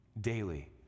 Daily